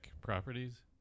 properties